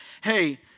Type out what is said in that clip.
hey